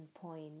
point